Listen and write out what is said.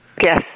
Yes